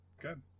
Good